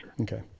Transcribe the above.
Okay